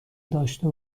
داشته